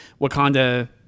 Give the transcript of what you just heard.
Wakanda